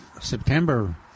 September